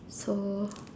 so